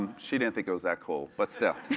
she didn't think it was that cool, but still.